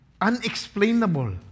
unexplainable